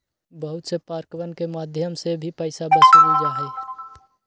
बहुत से पार्कवन के मध्यम से भी पैसा वसूल्ल जाहई